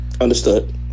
Understood